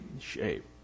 shape